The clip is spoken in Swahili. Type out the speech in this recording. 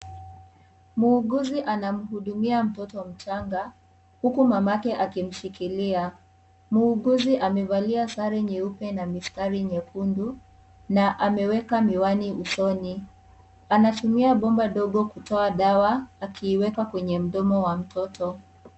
Muuguzi anamhudumia mtoto mchanga huku mamake akimshikilia. Muuguzi amevalia sare nyeupe na mistari nyekundu na ameweka miwani usoni. Anatumia bomba ndogo kutoa dawa akiiweka kwenye mdomo wa mtoto.